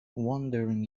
wandering